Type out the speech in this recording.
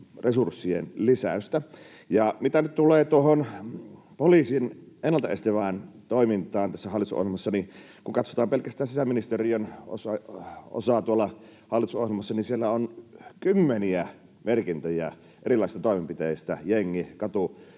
resurssien lisäystä. Mitä nyt tulee tuohon poliisin ennaltaestävään toimintaan tässä hallitusohjelmassa, niin kun katsotaan pelkästään sisäministeriön osaa tuolla hallitusohjelmassa, niin siellä on kymmeniä merkintöjä erilaisista toimenpiteistä jengi- ja